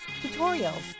tutorials